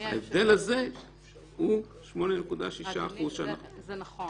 ההבדל הזה הוא 8.6%. זה נכון.